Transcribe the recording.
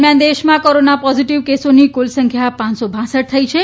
દરમિયાન દેશમાં corona positive કેસોની કુલ સંખ્યા પડર થઇ છે